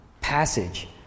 passage